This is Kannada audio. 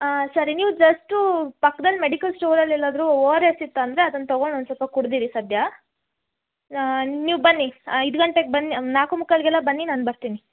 ಹಾಂ ಸರಿ ನೀವು ಜಸ್ಟೂ ಪಕ್ದಲ್ಲಿ ಮೆಡಿಕಲ್ ಸ್ಟೋರಲ್ಲಿ ಎಲ್ಲಾದರೂ ಒ ಆರ್ ಎಸ್ ಇತ್ತಂದರೆ ಅದನ್ನು ತಗೊಂಡು ಒನ್ ಸ್ವಲ್ಪ ಕುಡಿದಿರಿ ಸದ್ಯ ನೀವು ಬನ್ನಿ ಐದು ಗಂಟೆಗೆ ಬನ್ನಿ ನಾಲ್ಕು ಮುಕ್ಕಾಲಿಗೆಲ್ಲ ಬನ್ನಿ ನಾನು ಬರ್ತೀನಿ